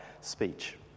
speech